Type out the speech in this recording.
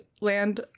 land